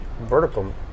vertical